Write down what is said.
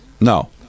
No